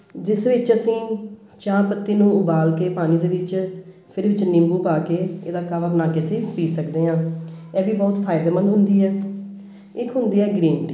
ਜਿਸ ਵਿੱਚ ਅਸੀਂ ਚਾਹ ਪੱਤੀ ਨੂੰ ਉਬਾਲ ਕੇ ਪਾਣੀ ਦੇ ਵਿੱਚ ਫਿਰ ਇਹਦੇ ਵਿੱਚ ਨਿੰਬੂ ਪਾ ਕੇ ਇਹਦਾ ਕਾਹਵਾ ਬਣਾ ਕੇ ਅਸੀਂ ਪੀ ਸਕਦੇ ਹਾਂ ਇਹ ਵੀ ਬਹੁਤ ਫਾਈਦੇਮੰਦ ਹੁੰਦੀ ਹੈ ਇੱਕ ਹੁੰਦੀ ਹੈ ਗ੍ਰੀਨ ਟੀ